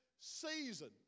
season